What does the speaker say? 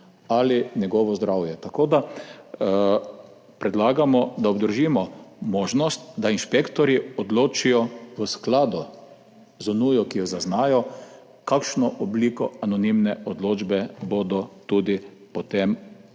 ali njegovo zdravje, tako da predlagamo, da obdržimo možnost, da inšpektorji odločijo v skladu z nujo, ki jo zaznajo, kakšno obliko anonimne odločbe bodo tudi potem